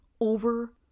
over